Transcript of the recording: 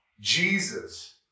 Jesus